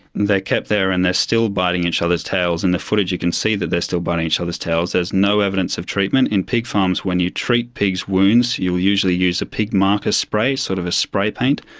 they're kept there and they're still biting each other's tails. in the footage you can see that they're still biting each other's tails. there's no evidence of treatment. in pig farms, when you treat pigs' wounds, you'll usually use a pig marker spray, sort of a spray paint.